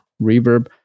reverb